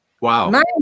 Wow